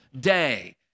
day